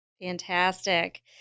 fantastic